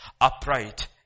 Upright